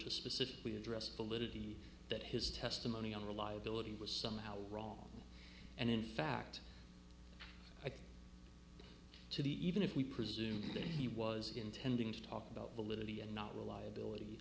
to specifically address the lid of the that his testimony on reliability was somehow wrong and in fact to the even if we presume that he was intending to talk about validity and not reliability